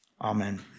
Amen